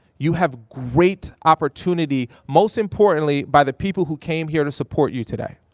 you have great opportunity. most importantly, by the people who came here to support you today.